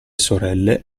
sorelle